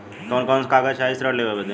कवन कवन कागज चाही ऋण लेवे बदे?